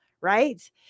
right